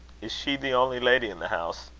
is she the only lady in the house?